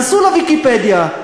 היכנסו ל"ויקיפדיה",